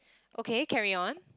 okay carry on